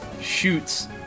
Shoots